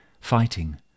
fighting